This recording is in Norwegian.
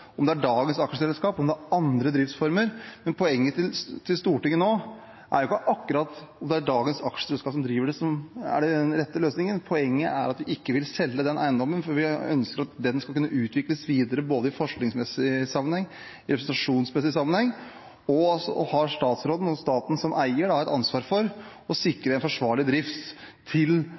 om det er med dagens aksjeselskap, eller om det er andre driftsformer – men poenget til Stortinget nå er ikke akkurat om det er dagens aksjeselskap som driver det, som er den rette løsningen. Poenget er at vi ikke vil selge eiendommen, for vi ønsker at den skal kunne utvikles videre både i forskningsmessig sammenheng og i representasjonssammenheng. Statsråden og staten har da som eier et ansvar for å sikre forsvarlig drift til